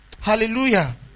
Hallelujah